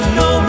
no